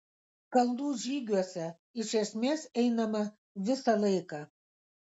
kalnų žygiuose iš esmės einama visą laiką